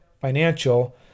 Financial